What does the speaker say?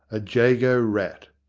a jago rat.